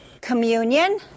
communion